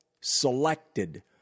selected